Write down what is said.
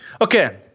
Okay